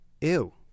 Ew